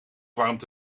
warmt